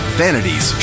vanities